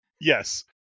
Yes